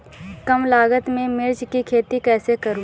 कम लागत में मिर्च की खेती कैसे करूँ?